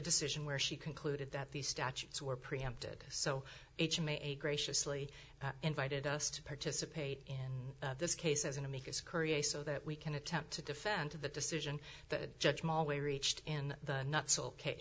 decision where she concluded that these statutes were preempted so each may graciously invited us to participate in this case as an amicus curiae so that we can attempt to defend to the decision that judge mall way reached in the n